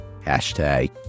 Hashtag